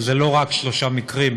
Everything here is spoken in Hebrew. אבל זה לא רק שלושה מקרים.